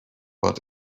but